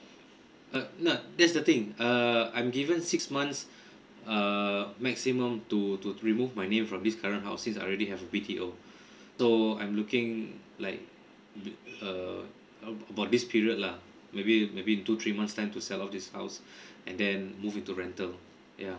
uh no that's the thing err I'm given six months err maximum to to to remove my name from this current house since I already have a B_T_O so I'm looking like b~ err about this period lah maybe maybe in two three months time to sell off this house and then move into rental loh yeah